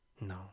No